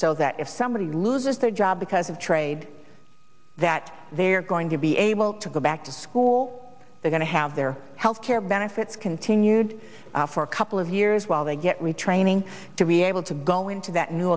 so that if somebody loses their job because of trade that they're going to be able to go back to school they going to have their health care benefits continued for a couple of years while they get retraining to be able to go into that new